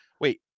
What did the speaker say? Wait